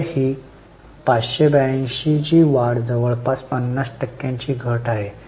तर ही 582 ची वाढ जवळपास 50 टक्क्यांची घट आहे